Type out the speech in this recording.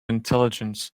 intelligence